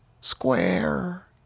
square